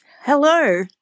hello